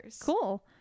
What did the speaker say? cool